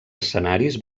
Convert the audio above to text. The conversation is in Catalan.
escenaris